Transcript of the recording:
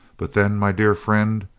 but then, my dear friend,